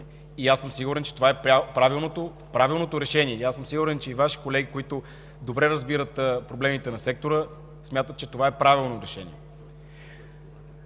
и аз съм сигурен, че това е правилното решение. Аз съм сигурен, че и Ваши колеги, които добре разбират проблемите на сектора, смятат, че това решение